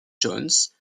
johns